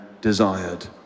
desired